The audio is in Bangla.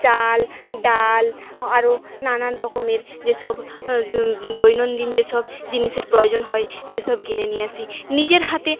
চাল ডাল আরো নানান রকমের যেসব দৈনন্দিন যেসব জিনিসের প্রয়োজন হয় সেসব কিনে নিয়ে আসি নিজের হাতে